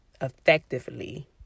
effectively